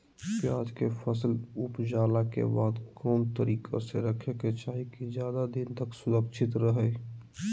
प्याज के फसल ऊपजला के बाद कौन तरीका से रखे के चाही की ज्यादा दिन तक सुरक्षित रहय?